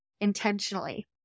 intentionally